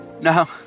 No